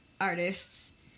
artists